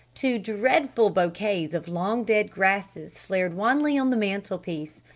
two dreadful bouquets of long-dead grasses flared wanly on the mantle-piece.